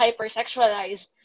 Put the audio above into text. hypersexualized